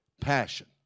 passion